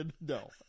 no